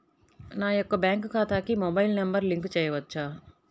నా యొక్క బ్యాంక్ ఖాతాకి మొబైల్ నంబర్ లింక్ చేయవచ్చా?